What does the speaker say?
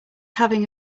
having